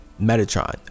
metatron